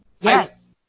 Yes